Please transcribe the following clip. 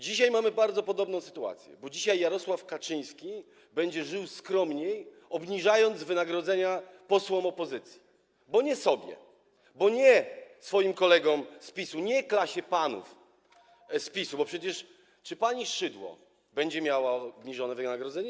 Dzisiaj mamy bardzo podobną sytuację, bo dzisiaj Jarosław Kaczyński będzie żył skromniej, obniżając wynagrodzenia posłom opozycji, bo nie sobie, bo nie swoim kolegom z PiS-u, nie klasie panów z PiS-u, bo przecież czy pani Szydło będzie miała obniżone wynagrodzenie?